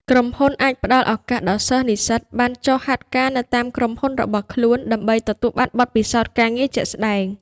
ក្រុមហ៊ុនអាចផ្តល់ឱកាសដល់សិស្ស-និស្សិតបានចុះហាត់ការនៅតាមក្រុមហ៊ុនរបស់ខ្លួនដើម្បីទទួលបានបទពិសោធន៍ការងារជាក់ស្តែង។